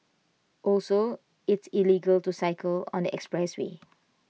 also it's illegal to cycle on the expressway